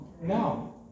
No